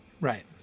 Right